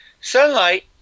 Sunlight